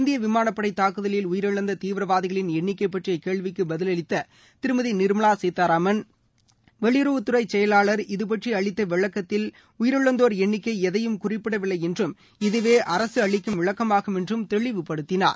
இந்திய விமானப்படை தாக்குதலில் உயிரிழந்த தீவிரவாதிகளின் எண்ணிக்கை பற்றிய கேள்விக்கு பதிலளித்த திருமதி நிர்மலா சீதாராமன் வெளியுறவுத்துறை செயலாளா் இது பற்றி அளித்த விளக்கத்தில் உயிரிழந்தோர் எண்ணிக்கை எதையும் குறிப்பிடவில்லை என்றும் இதவே அரசு அளிக்கும் விளக்கமாகும் என்றும் தெளிவுபடுத்தினார்